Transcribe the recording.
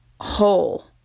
whole